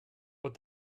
but